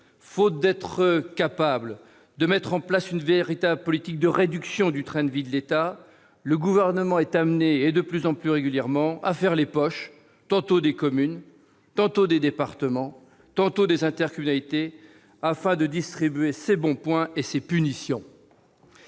Faute d'être capable de mettre en place une véritable politique de réduction du train de vie de l'État, le Gouvernement est de plus en plus régulièrement amené à faire les poches, tantôt des communes, tantôt des départements, tantôt des intercommunalités, afin de distribuer ses bons points et ses punitions